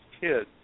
kids